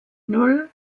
nan